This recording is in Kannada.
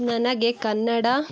ನನಗೆ ಕನ್ನಡ